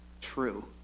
true